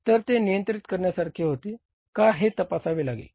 तर ते नियंत्रित करण्यासारखे होते का हे तपासावे लागेल